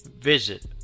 visit